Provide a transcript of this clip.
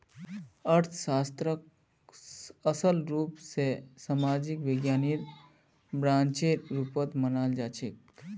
अर्थशास्त्रक असल रूप स सामाजिक विज्ञानेर ब्रांचेर रुपत मनाल जाछेक